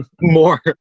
More